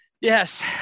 Yes